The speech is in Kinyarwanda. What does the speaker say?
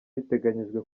biteganyijwe